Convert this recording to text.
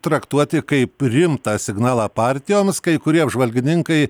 traktuoti kaip rimtą signalą partijoms kai kurie apžvalgininkai